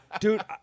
Dude